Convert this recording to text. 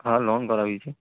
હા લોન ભરાવવી છે